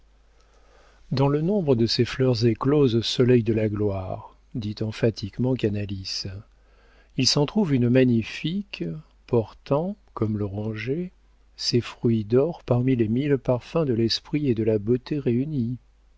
dans le nombre de ces fleurs écloses au soleil de la gloire dit emphatiquement canalis il s'en trouve une magnifique portant comme l'oranger ses fruits d'or parmi les mille parfums de l'esprit et de la beauté réunis